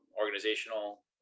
organizational